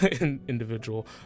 individual